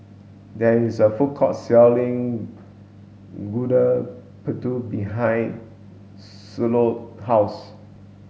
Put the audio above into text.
there is a food court selling Gudeg Putih behind Shiloh house